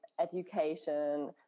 education